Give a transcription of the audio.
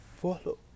follow